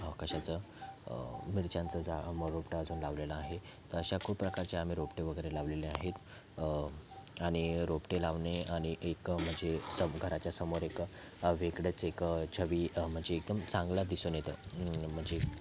कशाचं मिरच्यांचं जा मग रोपटं अजून लावलेलं आहे अशा खूप प्रकारचे आम्ही रोपटे वगैरे लावलेली आहेत आणि रोपटे लावणे आणि एक म्हणजे सम घराच्या समोर एक वेगळंच एक छबी म्हणजे एकदम चांगला दिसून येतो म्हणजे